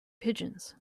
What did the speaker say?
pigeons